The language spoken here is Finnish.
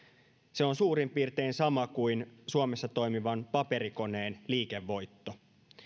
se on suurin piirtein sama kuin suomessa toimivan paperikoneen liikevoitto